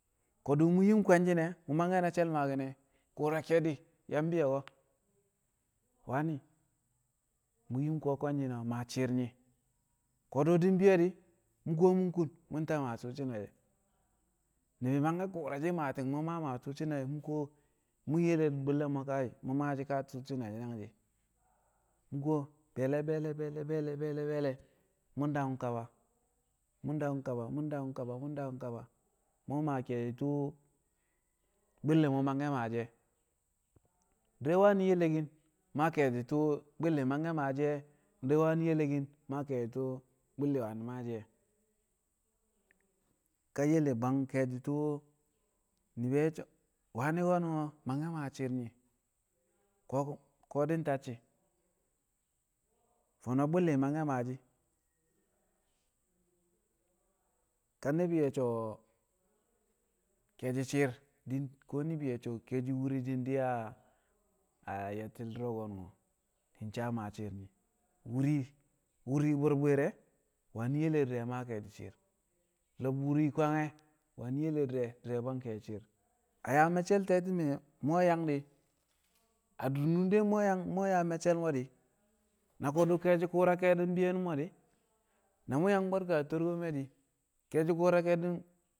Ko̱du̱ mu̱ kwagshi̱n mu̱ mangke̱ na she̱l maaki̱ne̱ ku̱u̱ra ke̱e̱di̱ yang bi̱yo̱ko̱ wani̱ mu̱ yim ko̱ kwangshi̱n o̱ maa shi̱i̱r nyi ko̱du̱ di̱ bi̱yo̱ di̱ mu̱ kuwo mu̱ kun mu̱ ta maa suu shi̱ne̱ she̱ ni̱bi̱ mangke̱ ku̱u̱ra shi̱ ti̱ng ma mu̱ ma ma suu shi̱ne̱ she̱ mu̱ kuwo mu̱ yele bu̱lle̱ mo̱ kawai mu̱ maashi̱ ka shi̱ne̱ she̱ nangshi̱ mu̱ kuwo be̱e̱le̱ be̱e̱le̱ be̱e̱le̱ be̱e̱le̱ be̱e̱le̱ be̱e̱le̱ mu̱ daku̱m kaba mu̱ daku̱m kaba mu̱ daku̱m kaba mu̱ daku̱m kaba mu̱ we̱ maa ke̱e̱shi̱ tu̱u̱ bu̱lle̱ mo̱ mangke̱ maashi̱ e̱, di̱re̱ wani̱ yelekin maa ke̱e̱shi̱ tu̱u̱ bwi̱lli̱ mangke̱ maashi̱ e̱ di̱re̱ wani̱ yelekin maa ke̱e̱shi̱ tu̱u̱ bwi̱lli̱ wani maashi̱ e̱ ka yele bwang ke̱e̱shi̱ tu̱u̱ ni̱bị yang ye̱shi̱ so̱ wani̱ kuwo mangke̱ maa shi̱i̱r nyi ko̱ ko̱ di̱ tacci̱ fo̱no̱ bwi̱lli̱ mangke̱ maashi̱ ka ni̱bi̱ ye̱ so̱ ke̱e̱shi̱ shi̱i̱r ko ni̱bi̱ ye̱ so̱ ke̱e̱shi̱ wu̱ri̱ di̱ di a a yatti̱l du̱ro̱ ko̱ di̱ sa maa shi̱i̱r nyi wu̱ri̱ bwi̱i̱r bwi̱i̱r re̱ wani̱ yele di̱re̱ shi̱ ma ke̱e̱shi̱ shi̱i̱r lo̱b wu̱ri̱ kwange̱ wani̱ yele di̱re̱ di̱re̱ bwang ke̱e̱shi̱ shi̱ɪr a yaa me̱ccel te̱ti̱me̱ mu̱ we̱ yang di̱ a dur nunde mu̱ we̱ yaa me̱cce̱l mo̱ di̱ na ko̱du̱ ke̱e̱shi̱ ku̱u̱ra ke̱e̱di̱ biyo̱ nu̱mo̱ di̱ na mu̱ yang bwe̱lka turkome di̱ ke̱e̱shi̱ ku̱u̱ra ke̱e̱di̱,